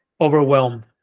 overwhelmed